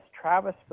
Travis